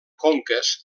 conques